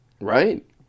right